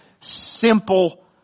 simple